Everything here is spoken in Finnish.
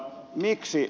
miksi